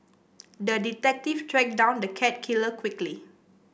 the detective tracked down the cat killer quickly